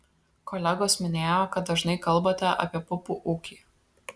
kolegos minėjo kad dažnai kalbate apie pupų ūkį